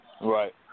Right